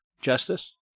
justice